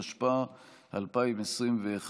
התשפ"א 2021,